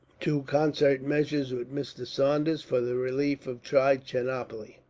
to concert measures with mr. saunders for the relief of trichinopoli.